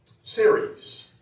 series